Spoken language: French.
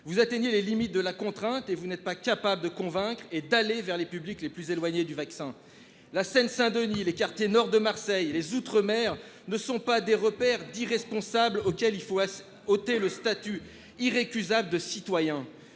Vous atteignez les limites de la contrainte et vous n'êtes pas capable de convaincre et d'aller vers les publics les plus éloignés du vaccin. La Seine-Saint-Denis, les quartiers nord de Marseille, les outre-mer ne sont pas des repères d'irresponsables auxquels il faut ôter le statut irrécusable de citoyen.